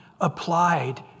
applied